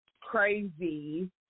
crazy